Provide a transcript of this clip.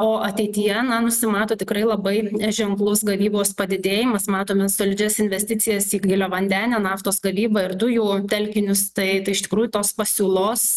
o ateityje na nusimato tikrai labai ženklus gavybos padidėjimas matome solidžias investicijas į giliavandenę naftos gavybą ir dujų telkinius tai tai iš tikrųjų tos pasiūlos